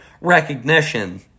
recognition